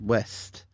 West